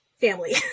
family